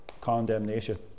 condemnation